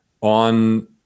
on